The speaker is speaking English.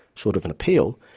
short of an appeal,